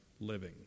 living